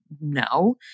No